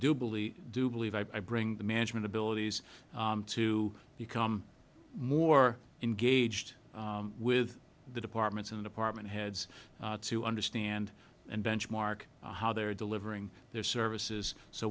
do believe i do believe i bring the management abilities to become more engaged with the departments in the department heads to understand and benchmark how they're delivering their services so